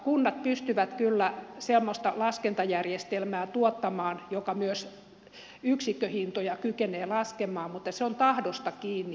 kunnat pystyvät kyllä semmoista laskentajärjestelmää tuottamaan joka myös yksikköhintoja kykenee laskemaan mutta se on tahdosta kiinni